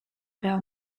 bell